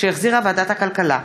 שהחזירה ועדת הכלכלה,